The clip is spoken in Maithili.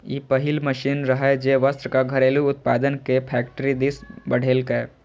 ई पहिल मशीन रहै, जे वस्त्रक घरेलू उत्पादन कें फैक्टरी दिस बढ़ेलकै